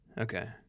Okay